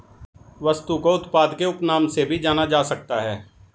वस्तु को उत्पाद के उपनाम से भी जाना जा सकता है